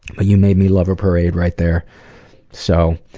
but you made me love a parade right there so